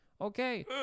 okay